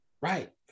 Right